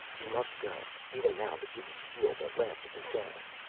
we must go. even now the gibi seal the last of the cells.